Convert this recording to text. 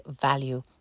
value